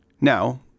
Now